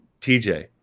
tj